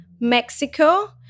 Mexico